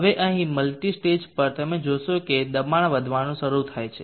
હવે અહીં multi stage પર તમે જોશો કે દબાણ વધવાનું શરૂ થાય છે